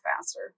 faster